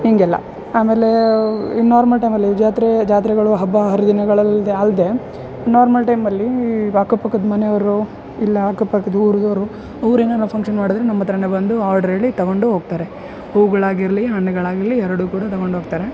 ಹೀಗೆಲ್ಲ ಆಮೇಲೆ ಈ ನಾರ್ಮಲ್ ಟೈಮಲ್ಲಿ ಜಾತ್ರೆ ಜಾತ್ರೆಗಳು ಹಬ್ಬ ಹರಿದಿನಗಳು ಅಲ್ದೆ ಅಲ್ದೆ ನಾರ್ಮಲ್ ಟೈಮಲ್ಲಿ ಈ ಅಕ್ಕಪಕ್ಕದ ಮನೆಯವ್ರು ಇಲ್ಲ ಅಕ್ಕಪಕ್ಕದ ಊರು ಅವರು ಅವ್ರು ಏನಾರ ಫಂಕ್ಷನ್ ಮಾಡಿದರೆ ನಮ್ಮ ಹತ್ರನೆ ಬಂದು ಆರ್ಡ್ರ್ ಹೇಳಿ ತಗೊಂಡು ಹೋಗ್ತಾರೆ ಹೂಗಳಾಗಿರಲಿ ಹಣ್ಣುಗಳಾಗಿರಲಿ ಎರಡು ಕೂಡ ತಗೊಂಡು ಹೋಗ್ತಾರೆ